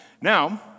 Now